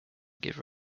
give